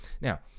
now